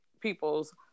people's